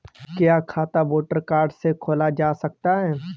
क्या खाता voter card से खोला जा सकता है?